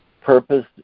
Purpose